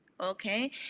okay